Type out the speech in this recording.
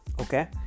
Okay